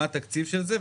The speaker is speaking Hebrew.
מה התקציב של זה,